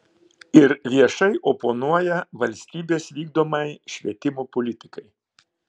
ir viešai oponuoja valstybės vykdomai švietimo politikai